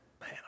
man